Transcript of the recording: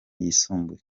yisumbuye